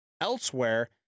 elsewhere